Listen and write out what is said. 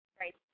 right